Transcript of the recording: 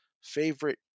favorite